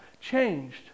changed